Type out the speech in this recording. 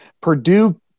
Purdue